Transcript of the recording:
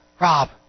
Rob